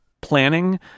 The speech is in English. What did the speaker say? planning